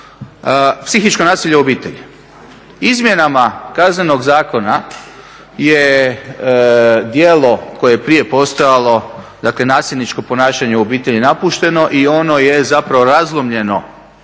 psihičko nasilje u obitelji. Izmjenama Kaznenog zakona je djelo koje je prije postojalo, dakle nasilničko ponašanje u obitelji napušteno i ono je zapravo razlomljeno